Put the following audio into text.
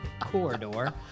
corridor